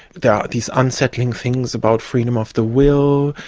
there are these unsettling things about freedom of the will,